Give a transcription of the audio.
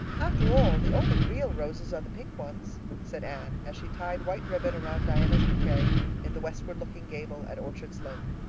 after all, the only real roses are the pink ones, said anne, as she tied white ribbon around diana's bouquet in the westward-looking gable at orchard slope.